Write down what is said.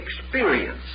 experience